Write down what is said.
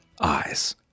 Eyes